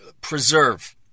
Preserve